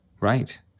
Right